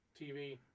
TV